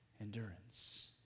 endurance